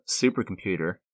supercomputer